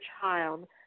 child